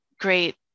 great